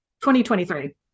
2023